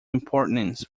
importance